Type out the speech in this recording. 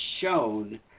shown